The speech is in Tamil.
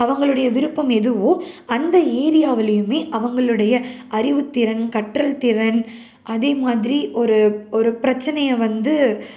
அவங்களுடைய விருப்பம் எதுவோ அந்த ஏரியாவுலேயுமே அவங்களுடைய அறிவுத்திறன் கற்றல்திறன் அதேமாதிரி ஒரு ஒரு பிரச்சனையை வந்து